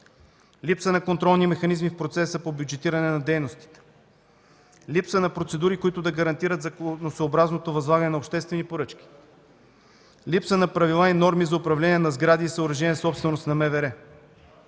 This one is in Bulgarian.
Липса на контролни механизми в процеса по бюджетиране на дейностите. Липса на процедури, които да гарантират законосъобразното възлагане на обществени поръчки. Липса на правила и норми за управление на сгради и съоръжения – собственост на МВР.”